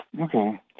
Okay